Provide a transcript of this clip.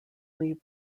leave